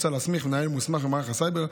מוצע להסמיך מנהל מוסמך ממערך הסייבר,